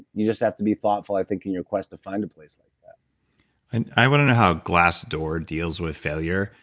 you just have to be thoughtful i think in your quest to find a place like that and i want to know how glassdoor deals with failure,